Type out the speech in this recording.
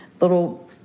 little